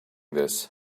this